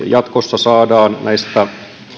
jatkossa saadaan näistä